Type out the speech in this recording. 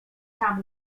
tam